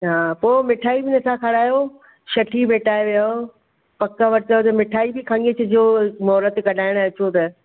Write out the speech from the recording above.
अच्छा पोइ मिठाई बि न था खारायो छठी भेटाए वयव पक वरतव त मिठाई बि खणी अचिजो महूरतु कढाइण अचो त